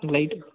light